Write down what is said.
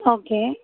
okay